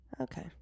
Okay